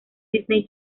disney